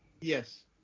Yes